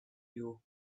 you